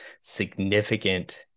significant